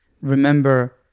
remember